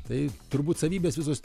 tai turbūt savybės visos